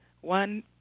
One